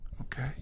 Okay